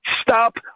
Stop